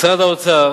משרד האוצר